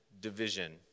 division